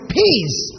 peace